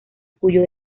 cuyo